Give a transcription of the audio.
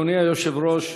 אדוני היושב-ראש,